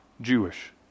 Jewish